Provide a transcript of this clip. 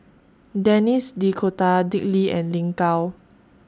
Denis D'Cotta Dick Lee and Lin Gao